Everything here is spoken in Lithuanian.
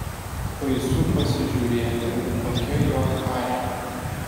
baisu pasižiūrėti kokia jo charė